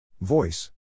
Voice